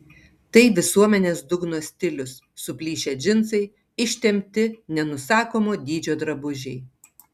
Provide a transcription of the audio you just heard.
tai visuomenės dugno stilius suplyšę džinsai ištempti nenusakomo dydžio drabužiai